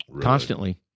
constantly